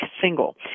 Single